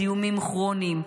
זיהומים כרוניים,